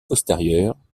postérieures